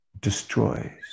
destroys